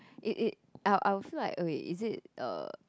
it it I'll I'll feel like okay is it uh